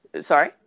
Sorry